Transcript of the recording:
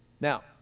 Now